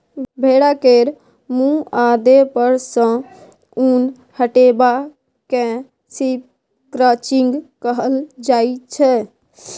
भेड़ा केर मुँह आ देह पर सँ उन हटेबा केँ शिप क्रंचिंग कहल जाइ छै